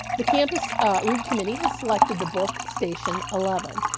the campus read committee has selected the book station eleven.